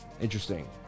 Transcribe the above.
Interesting